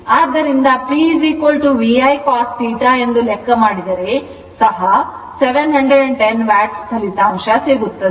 ಆದ್ದರಿಂದ P VI cos θ ಎಂದು ಲೆಕ್ಕ ಮಾಡಿದರೆ ಸಹ 710 ವ್ಯಾಟ್ ಫಲಿತಾಂಶ ಸಿಗುತ್ತದೆ